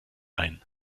ein